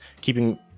keeping